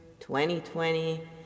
2020